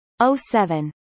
07